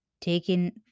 taking